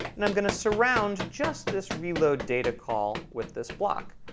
and i'm going to surround just this reload data call with this block,